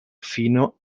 fino